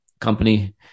company